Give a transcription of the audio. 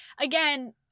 Again